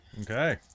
Okay